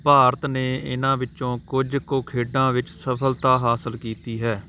ਭਾਰਤ ਨੇ ਇਨ੍ਹਾਂ ਵਿੱਚੋਂ ਕੁਝ ਕੁ ਖੇਡਾਂ ਵਿੱਚ ਹਾਸਲ ਕੀਤੀ ਹੈ